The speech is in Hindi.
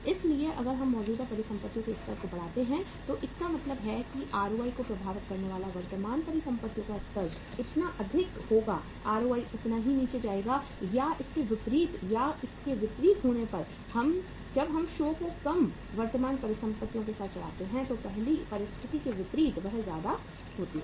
इसलिए अगर हम मौजूदा परिसंपत्तियों के स्तर को बढ़ाते हैं तो इसका मतलब है कि यह आरओआई ROI को प्रभावित करने वाला है वर्तमान परिसंपत्तियों का स्तर इतना अधिक होगा ROI उतना ही नीचे जाएगा या इसका विपरीत या इसका विपरीत होने पर जब हम शो को कम वर्तमान परिसंपत्तियों के साथ चलाते हैं तो पहली परिस्थिति के विपरीत वह ज्यादा होती है